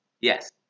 Yes